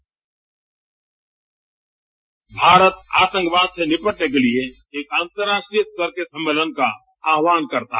bite Bharat आतंकवाद से निपटने के लिए एक अंतर्राष्ट्रीय स्तर के सम्मेलन का आह्वान करता है